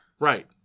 Right